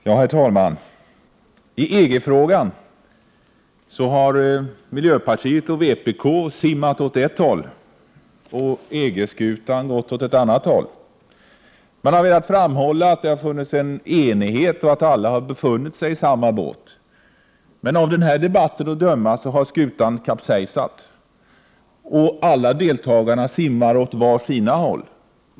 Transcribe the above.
Herr talman! Miljöpartiet och vpk har i EG-frågan simmat åt ett håll, medan EG-skutan har gått åt ett annat håll. Man har i debatten velat framhålla att det funnits en enighet och att alla har befunnit sig i samma båt. Men av denna debatt att döma har skutan kapsejsat, och alla deltagarna i debatten simmar åt var sitt håll.